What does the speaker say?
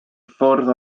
ffwrdd